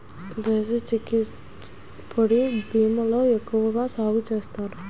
దేశీ chickpeas పొడి భూముల్లో ఎక్కువగా సాగు చేస్తారు